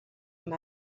amb